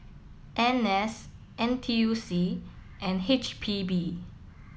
N S N T U C and H P B